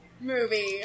movie